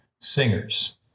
singers